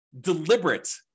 deliberate